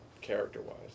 Character-wise